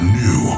new